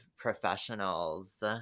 professionals